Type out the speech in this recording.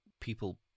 people